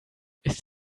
ist